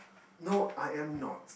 no I am not